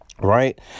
Right